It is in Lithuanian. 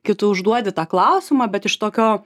kai tu užduodi tą klausimą bet iš tokio